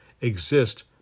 exist